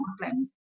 Muslims